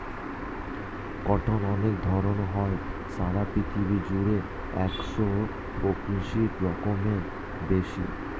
cotton অনেক ধরণ হয়, সারা পৃথিবী জুড়ে একশো পঁয়ত্রিশ রকমেরও বেশি